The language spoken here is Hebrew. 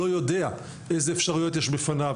לא יודע איזה אפשרויות יש בפניו,